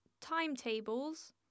timetables